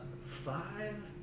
five